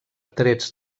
trets